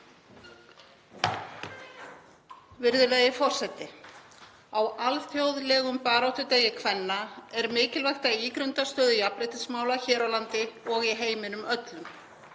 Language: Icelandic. Virðulegi forseti. Á alþjóðlegum baráttudegi kvenna er mikilvægt að ígrunda stöðu jafnréttismála hér á landi og í heiminum öllum.